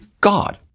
God